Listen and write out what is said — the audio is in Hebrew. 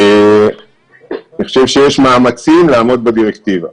אני חושב שיש מאמצים לעמוד בדירקטיבה.